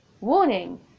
warning